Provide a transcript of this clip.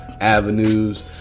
avenues